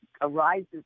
arises